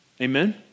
Amen